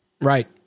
Right